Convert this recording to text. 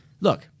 Look